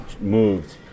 moved